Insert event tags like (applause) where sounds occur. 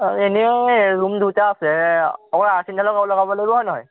অঁ এনেই ৰুম দুটা আছে (unintelligible) লগাব লাগিব হয় নহয়